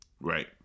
Right